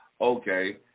okay